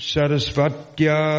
Sarasvatya